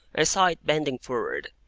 i saw it bending forward,